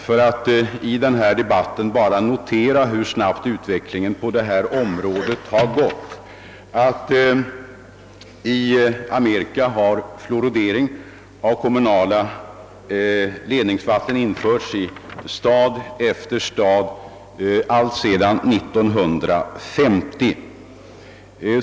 För att i denna debatt notera, hur snabbt utvecklingen på detta område har gått, kan jag nämna att i Amerika har fluoridering av kommunala ledningsvatten genomförts i stad efter stad alltsedan 1950.